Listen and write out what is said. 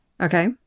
Okay